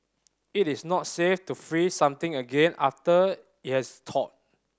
it is not safe to freeze something again after it has thawed